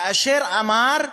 כאשר הוא אמר: